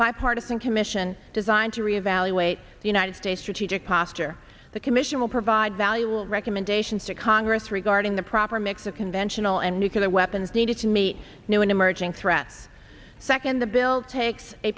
bipartisan commission designed to re evaluate the united states strategic posture the commission will provide valuable recommendations to congress regarding the proper mix of conventional and nuclear weapons needed to meet new and emerging threats second the bill takes a